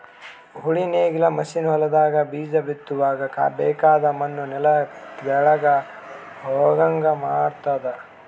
ಉಳಿ ನೇಗಿಲ್ ಮಷೀನ್ ಹೊಲದಾಗ ಬೀಜ ಬಿತ್ತುವಾಗ ಬೇಕಾಗದ್ ಮಣ್ಣು ನೆಲದ ತೆಳಗ್ ಹೋಗಂಗ್ ಮಾಡ್ತುದ